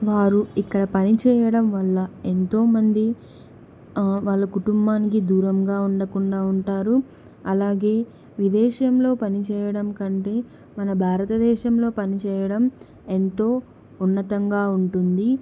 వారు ఇక్కడ పనిచయడం వల్ల ఎంతోమంది వాళ్ళ కుటుంబానికి దూరంగా ఉండకుండా ఉంటారు అలాగే విదేశంలో పనిచయడం కంటే మన భారతదేశంలో పనిచయడం ఎంతో ఉన్నతంగా ఉంటుంది